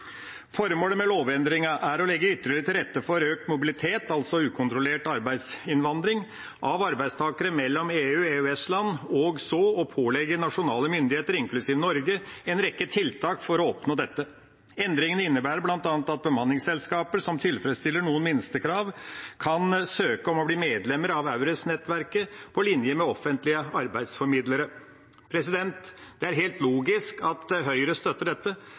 Formålet med lovendringen er å legge ytterligere til rette for økt mobilitet, altså ukontrollert arbeidsinnvandring, av arbeidstakere mellom EU- og EØS-land, og så å pålegge nasjonale myndigheter, inklusive Norge, en rekke tiltak for å oppnå dette. Endringene innebærer bl.a. at bemanningsselskaper som tilfredsstiller noen minstekrav, kan søke om å bli medlemmer av EURES-nettverket på linje med offentlige arbeidsformidlere. Det er helt logisk at Høyre støtter dette.